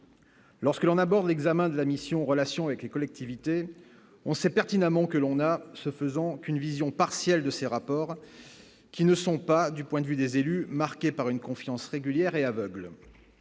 Lorsque l'on aborde l'examen de la mission, relations avec les collectivités, on sait pertinemment que l'on a, ce faisant, qu'une vision partielle de ces rapports, qui ne sont pas du point de vue des élus, marquée par une confiance régulière et aveugle,